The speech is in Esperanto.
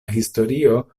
historio